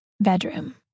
bedroom